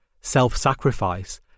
self-sacrifice